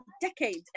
decades